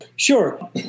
Sure